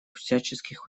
всяческих